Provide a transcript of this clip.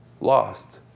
lost